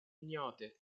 ignote